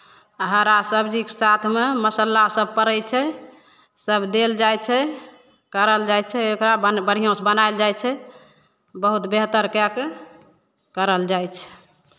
आ हरा सबजीके साथमे मसाला सभ पड़ै छै सभ देल जाइ छै करल जाइ छै एकरा बन बढ़िआँसँ बनाइल जाइ छै बहुत बेहतर कए कऽ करल जाइ छै